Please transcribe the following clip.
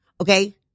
okay